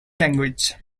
language